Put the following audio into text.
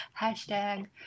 Hashtag